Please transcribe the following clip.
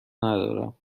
ندارم